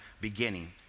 beginning